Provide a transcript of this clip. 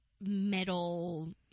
metal